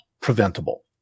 preventable